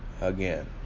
again